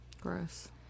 gross